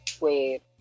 wait